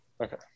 Okay